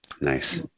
Nice